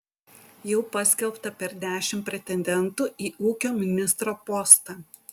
jau paskelbta per dešimt pretendentų į ūkio ministro postą